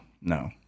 no